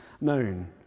known